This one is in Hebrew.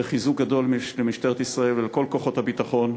חיזוק גדול למשטרת ישראל ולכל כוחות הביטחון.